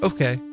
Okay